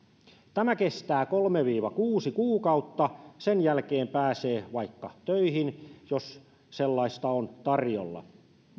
tämä kestää kolme viiva kuusi kuukautta sen jälkeen pääsee vaikka töihin jos sellaisia on tarjolla